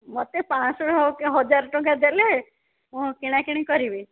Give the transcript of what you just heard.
ମୋତେ ପାଞ୍ଚଶହ ହଉ କି ହଜାର ଟଙ୍କା ଦେଲେ ମୁଁ କିଣାକିଣି କରିବି